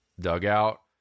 dugout